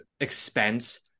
expense